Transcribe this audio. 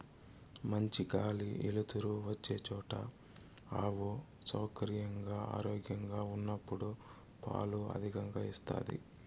మంచి గాలి ఎలుతురు వచ్చే చోట ఆవు సౌకర్యంగా, ఆరోగ్యంగా ఉన్నప్పుడు పాలు అధికంగా ఇస్తాది